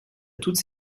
toutes